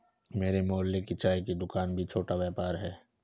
मेरे मोहल्ले की चाय की दूकान भी छोटा व्यापार है